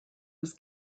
was